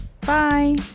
bye